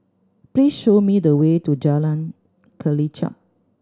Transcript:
please show me the way to Jalan Kelichap